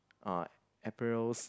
uh apparels